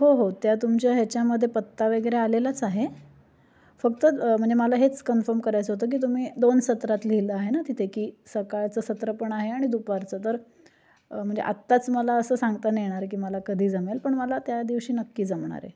हो हो त्या तुमच्या ह्याच्यामध्ये पत्ता वगैरे आलेलाच आहे फक्त म्हणजे मला हेच कन्फम करायचं होतं की तुम्ही दोन सत्रात लिहिलं आहे ना तिथे की सकाळचं सत्र पण आहे आणि दुपारचं तर म्हणजे आत्ताच मला असं सांगता नाही येणार की मला कधी जमेल पण मला त्या दिवशी नक्की जमणार आहे